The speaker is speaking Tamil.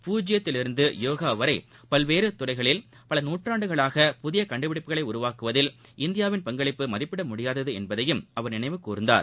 பூஜ்யத்திலிருந்துயோகாவரைபல்வேறுதுறைகளில் பல நூற்றாண்டுகளாக புதியகண்டுபிடிப்புகளைஉருவாக்குவதில் இந்தியாவின் பங்களிப்பு மதிப்பிடமுடியாததுஎன்பதையும் அவர் நினைவு கூர்ந்தார்